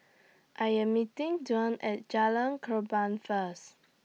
I Am meeting Dwain At Jalan Korban First